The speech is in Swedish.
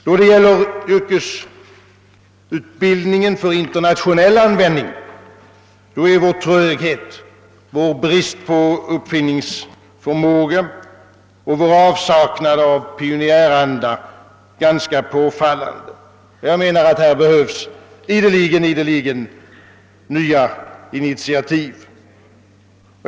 Då det gäller yrkesutbildning för internationell användning, är vår tröghet, vår brist på uppfinningsförmåga och vår avsaknad av pionjäranda påfallande. Jag menar att det ideligen behövs nya initiativ.